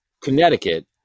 Connecticut